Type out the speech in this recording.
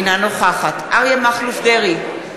אינה נוכחת אריה מכלוף דרעי,